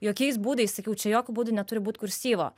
jokiais būdais sakiau čia jokiu būdu neturi būt kursyvo